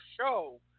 show